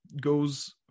goes